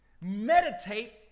Meditate